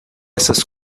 essas